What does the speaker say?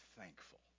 thankful